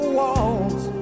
walls